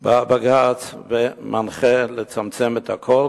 בא בג"ץ ומנחה לצמצם את הכול.